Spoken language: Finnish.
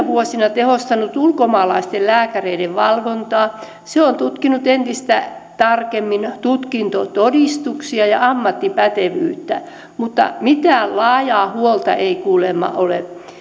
vuosina tehostanut ulkomaalaisten lääkäreiden valvontaa se on tutkinut entistä tarkemmin tutkintotodistuksia ja ammattipätevyyttä mutta mitään laajaa huolta ei kuulemma ole